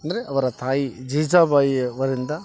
ಅಂದರೆ ಅವರ ತಾಯಿ ಜೀಜಾಬಾಯಿ ಅವರಿಂದ